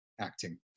acting